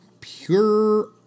Pure